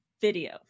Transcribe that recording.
video